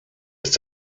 ist